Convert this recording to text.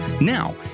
Now